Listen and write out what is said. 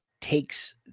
takes